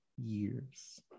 years